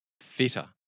fitter